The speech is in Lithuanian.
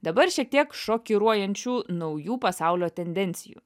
dabar šiek tiek šokiruojančių naujų pasaulio tendencijų